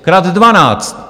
Krát 12.